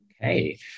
Okay